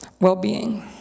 well-being